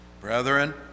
Brethren